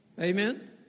Amen